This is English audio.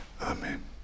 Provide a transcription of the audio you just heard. Amen